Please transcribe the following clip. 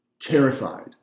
terrified